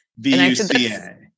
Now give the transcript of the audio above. VUCA